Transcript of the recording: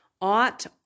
ought